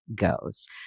goes